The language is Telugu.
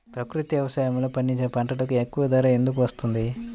ప్రకృతి వ్యవసాయములో పండించిన పంటలకు ఎక్కువ ధర ఎందుకు వస్తుంది?